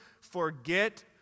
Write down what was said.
forget